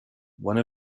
one